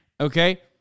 Okay